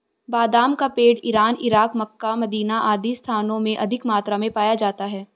बादाम का पेड़ इरान, इराक, मक्का, मदीना आदि स्थानों में अधिक मात्रा में पाया जाता है